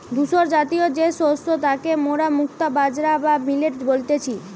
ধূসরজাতীয় যে শস্য তাকে মোরা মুক্তা বাজরা বা মিলেট বলতেছি